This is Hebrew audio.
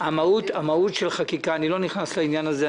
אני לא נכנס לעניין הזה,